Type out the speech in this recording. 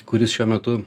kuris šiuo metu